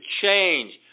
change